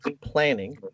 planning